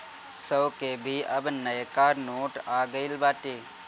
सौ के भी अब नयका नोट आ गईल बाटे